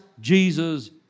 Jesus